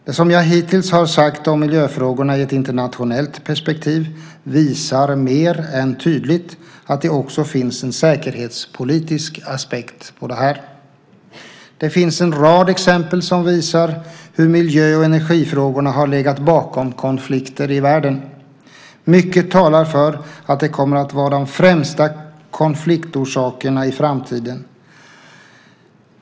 Det som jag hittills har sagt om miljöfrågorna i ett internationellt perspektiv visar mer än tydligt att det också finns en säkerhetspolitisk aspekt på det här. Det finns en rad exempel som visar hur miljö och energifrågorna har legat bakom konflikter i världen. Mycket talar för att de kommer att vara de främsta konfliktorsakerna i framtiden.